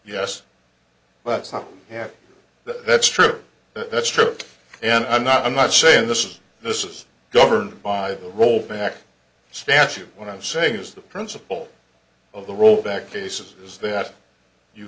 have that true but that's true and i'm not i'm not saying this is this is governed by the rollback statute what i'm saying is the principle of the rollback cases is that you